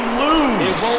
lose